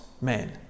men